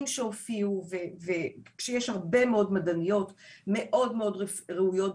שהופיעו ובעוד שיש הרבה מאוד מדעניות מאוד מאוד ראויות,